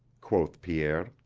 quoth pierre.